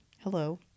hello